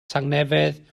tangnefedd